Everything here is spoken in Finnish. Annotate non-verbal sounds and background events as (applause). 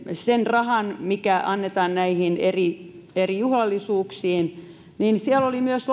sen rahan mikä annetaan näihin eri eri juhlallisuuksiin oli myös (unintelligible)